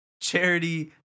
charity